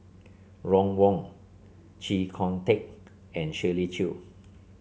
Ron Wong Chee Kong Tet and Shirley Chew